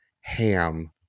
ham